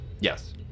Yes